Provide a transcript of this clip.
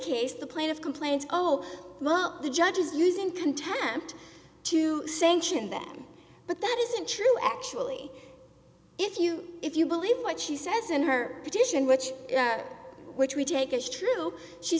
case the plate of complaints oh well the judge is using contempt to sanction them but that isn't true actually if you if you believe what she says in her petition which which we take is true she